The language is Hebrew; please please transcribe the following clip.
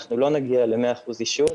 אנחנו לא נגיע ל-100% אישור,